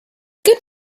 good